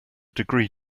degree